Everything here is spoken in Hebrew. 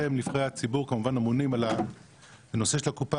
אתם נבחרי הציבור כמובן אמונים על נושא הקופה